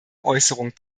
äußerung